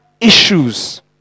issues